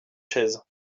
chaises